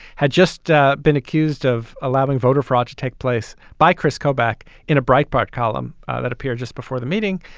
had just ah been accused of allowing voter fraud to take place by kris kobach in a bright park column that appeared just before the meeting.